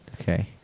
okay